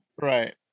Right